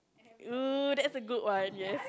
oo that's a good one yes